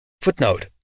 Footnote